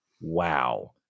wow